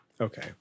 Okay